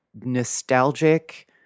nostalgic